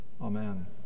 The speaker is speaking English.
Amen